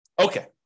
Okay